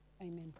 amen